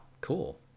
Cool